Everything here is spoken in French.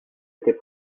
été